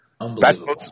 Unbelievable